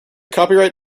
copyright